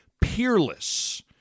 Peerless